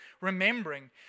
remembering